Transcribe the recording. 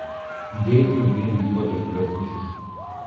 dėviu vien juodus drabužius